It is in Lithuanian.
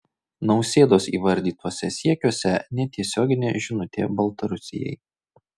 nausėdos įvardytuose siekiuose netiesioginė žinutė baltarusijai